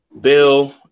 Bill –